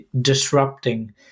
disrupting